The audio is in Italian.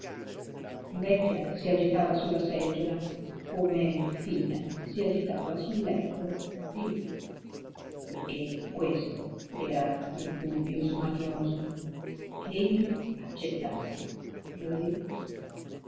vecchia si agitava sulla seggiola come fina si agitava sul letto di là perché questo era il dubbio smanioso che egli accettasse